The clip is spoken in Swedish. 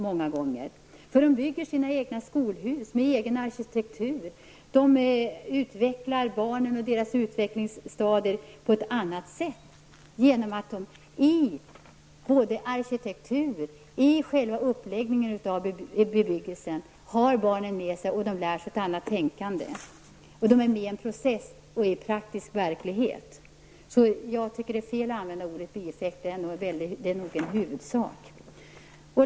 Man bygger sina egna skolhus med egen arkitektur. Man utvecklar barnen och deras utvecklingsstadier på ett annat sätt genom att man i så väl arkitektur som själva uppläggningen av bebyggelsen har barnen med sig. De lär sig ett annat tänkande. De är med i en process och i en praktisk verklighet. Jag tycker att det är fel att använda ordet bieffekt. Det är nog en huvudsak.